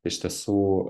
iš tiesų